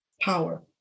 power